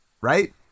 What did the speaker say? Right